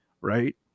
Right